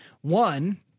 one